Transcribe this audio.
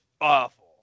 awful